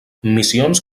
missions